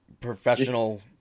professional